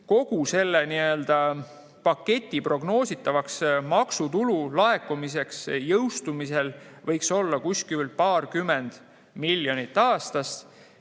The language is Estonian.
Kogu selle paketi prognoositavaks maksutulu laekumiseks jõustumise korral võiks olla kuskil paarkümmend miljonit eurot